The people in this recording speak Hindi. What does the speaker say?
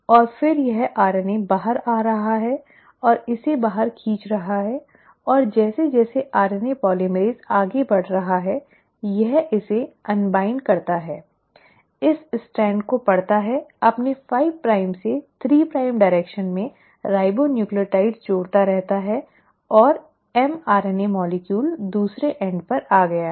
और फिर यह RNA बाहर आ रहा है और इसे बाहर खींच रहा है और जैसे जैसे आरएनए पोलीमरेज़ आगे बढ़ रहा है यह इसे अनबाइन्ड करता है इस स्ट्रैंड को पढ़ता है अपने 5 प्राइम में 3 प्राइम दिशा में राइबोन्यूक्लियोटाइड जोड़ता रहता है और एमआरएनए अणु दूसरे एंड पर आ रहा है